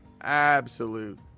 Absolute